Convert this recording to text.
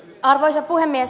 arvoisa puhemies